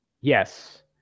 Yes